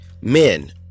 men